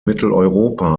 mitteleuropa